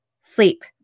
sleep